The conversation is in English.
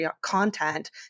content